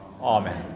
Amen